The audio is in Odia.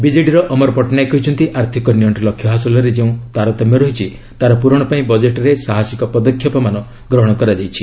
ବିଜେଡ଼ିର ଅମର ପଟ୍ଟନାୟକ କହିଛନ୍ତି ଆର୍ଥିକ ନିଅଣ୍ଟ ଲକ୍ଷ୍ୟ ହାସଲରେ ଯେଉଁ ତାରତମ୍ୟ ରହିଛି ତାର ପୂରଣ ପାଇଁ ବଜେଟ୍ରେ ସାହସିକ ପଦକ୍ଷେପମାନ ଗ୍ରହଣ କରାଯାଇଛି